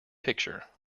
picture